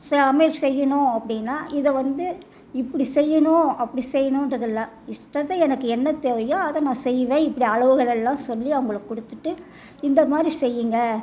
சமையல் செய்யணும் அப்படின்னா இதை வந்து இப்படி செய்யணும் அப்படி செய்யணுன்றதில்லை இஸ்டத்துக்கு எனக்கு என்ன தேவையோ அதை நான் செய்வேன் இப்படி அளவுகளெல்லாம் சொல்லி அவங்களுக்கு கொடுத்துட்டு இந்த மாதிரி செய்யுங்க